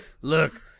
Look